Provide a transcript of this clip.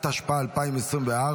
התשפ"ה 2024,